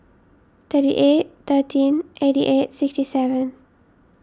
thirty eight thirteen eighty eight sixty seven